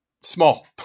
small